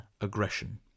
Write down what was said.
Aggression